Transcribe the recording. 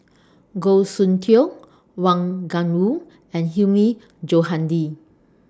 Goh Soon Tioe Wang Gungwu and Hilmi Johandi